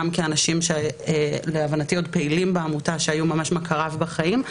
גם כאנשים שלהבנתי עוד פעילים בעמותה שהיו ממש מכריו בחיים,